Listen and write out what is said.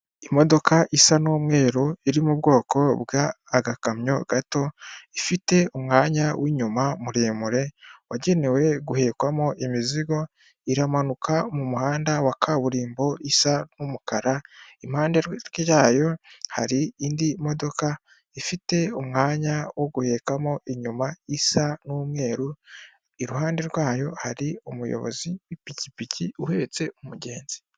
Imodoka isa n'umweru iri mu bwoko bw'agakamyo gato ifite umwanya w'inyuma muremure wagenewe guhekwamo imizigo, iramanuka mu muhanda wa kaburimbo isa n'umukara impande yayo hari indi modoka ifite umwanya wo guhekamo inyuma isa n'umweru, iruhande rwayo hari umuyobozi w'ipikipiki uhetse umugenzi.